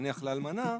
נניח לאלמנה,